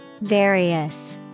Various